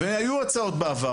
והיו הצעות בעבר.